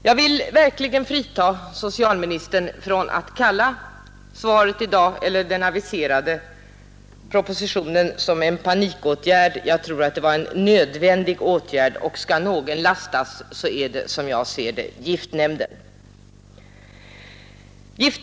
Jag vill här inte kalla socialministerns svar i dag eller den aviserade propositionen för en panikåtgärd. Jag tror att det var en nödvändig åtgärd. Om någon skall lastas, så är det enligt min mening giftnämnden.